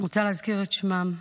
אני רוצה להזכיר את שמם,